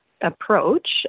approach